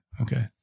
Okay